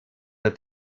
der